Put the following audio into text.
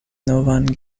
novan